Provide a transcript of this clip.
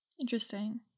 Interesting